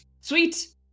sweet